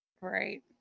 Right